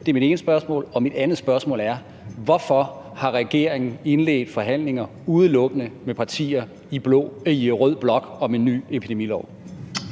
Det er mit ene spørgsmål. Mit andet spørgsmål er: Hvorfor har regeringen indledt forhandlinger udelukkende med partier i rød blok om en ny epidemilov?